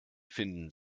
finden